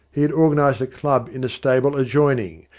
he had organised a club in a stable adjoining,